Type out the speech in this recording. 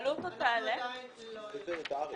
אנחנו עדיין לא יודעים.